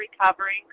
recovering